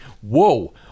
whoa